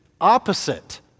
opposite